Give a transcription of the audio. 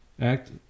Act